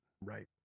Right